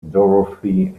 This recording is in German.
dorothy